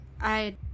I-